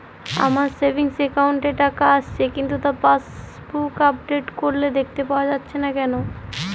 আমার savings account এ টাকা আসছে কিন্তু তা পাসবুক আপডেট করলে দেখতে পাওয়া যাচ্ছে না কেন?